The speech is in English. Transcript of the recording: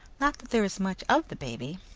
not that there was much of the baby,